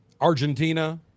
Argentina